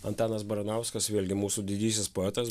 antanas baranauskas vėlgi mūsų didysis poetas